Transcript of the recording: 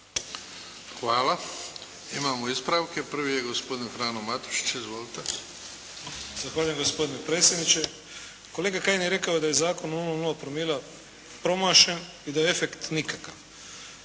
Hvala. Imamo ispravke. Prvi je gospodin Frano Matušić. Izvolite. **Matušić, Frano (HDZ)** Zahvaljujem gospodine predsjedniče. Kolega Kajin je rekao da je Zakon o 0,0 promila promašen i da je efekt nikakav.